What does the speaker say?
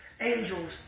angels